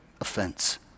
offense